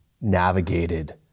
navigated